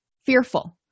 fearful